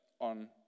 on